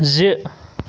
زِ